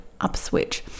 Upswitch